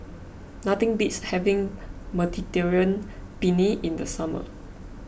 nothing beats having Mediterranean Penne in the summer